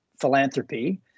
philanthropy